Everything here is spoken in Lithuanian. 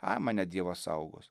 ai mane dievas saugos